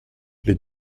les